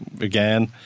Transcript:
again